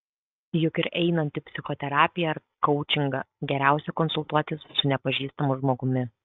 juk ir einant į psichoterapiją ar koučingą geriausia konsultuotis su nepažįstamu žmogumi